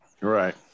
Right